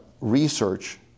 research